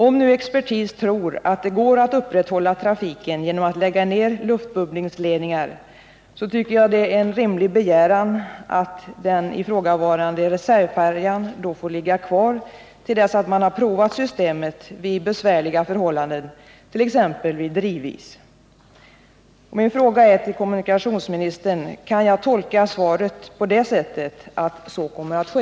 Om nu expertis tror att det går att upprätthålla trafiken genom att lägga ned luftbubblingsledningar, tycker jag att det är en rimlig begäran att den ifrågavarande reservfärjan får ligga kvar till dess man har provat systemet vid besvärliga förhållanden, t.ex. vid drivis. Min fråga till kommunikationsministern är: Kan jag tolka svaret på det sättet att så kommer att ske?